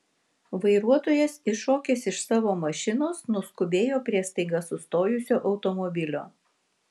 vairuotojas iššokęs iš savo mašinos nuskubėjo prie staiga sustojusio automobilio